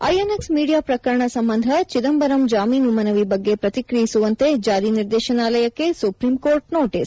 INX media ಪ್ರಕರಣ ಸಂಬಂಧ ಚಿದಂಬರಂ ಜಾಮೀನು ಮನವಿ ಬಗ್ಗೆ ಪ್ರತಿಕ್ರಿಯಿಸುವಂತೆ ಜಾರಿ ನಿರ್ದೇಶನಾಲಯಕ್ನೆ ಸುಪ್ರೀಂಕೋರ್ಟ್ ನೋಟೀಸ್